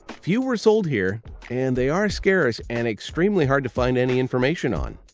few were sold here, and they are scarce and extremely hard to find any information on.